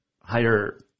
higher